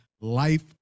life